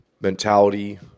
mentality